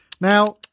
Now